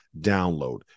download